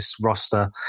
roster